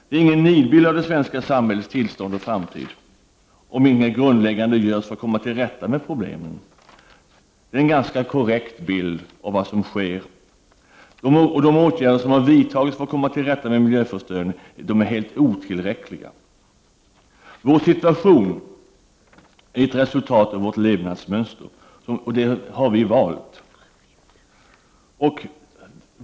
Det är ingen nidbild av det svenska samhällets tillstånd och framtid om inget grundläggande görs för att komma till rätta med problemen. Det är en ganska korrekt bild av vad som sker. De åtgärder som har vidtagits för att komma till rätta med miljöförstöringen är helt otillräckliga. Vår situation är ett resultat av vårt levnadsmönster, och det har vi valt.